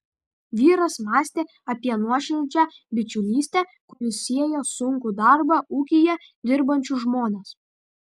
vyras mąstė apie nuoširdžią bičiulystę kuri sieja sunkų darbą ūkyje dirbančius žmones